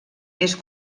més